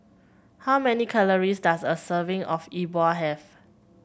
how many calories does a serving of Yi Bua have